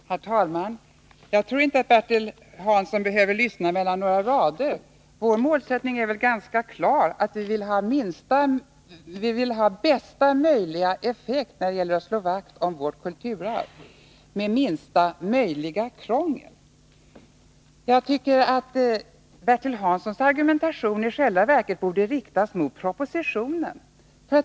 Herr talman! Jag tror inte att Bertil Hansson behöver lyssna mellan några rader. Vår målsättning är ganska klar: Vi vill ha bästa möjliga effekt när det gäller att slå vakt om vårt kulturarv med minsta möjliga krångel. Bertil Hanssons argumentation borde i själva verket riktas mot propositionen.